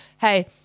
Hey